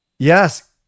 yes